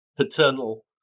paternal